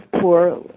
poor